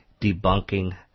debunking